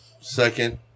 second